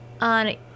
on